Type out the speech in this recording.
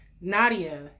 Nadia